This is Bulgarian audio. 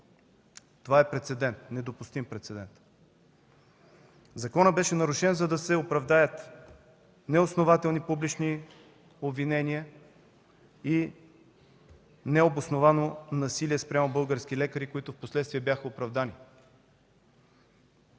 Това е прецедент, недопустим прецедент! Законът беше нарушен, за да се оправдаят неоснователни публични обвинения и необосновано насилие спрямо български лекари, които впоследствие бяха оправдани.